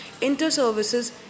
inter-services